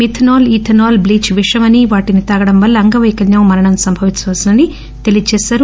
methanol ethanol bleach విషమనీ వాటిని తాగడం వల్ల అంగపైకల్యం మరణం సంభవించవచ్చని తెలియచేసారు